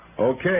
Okay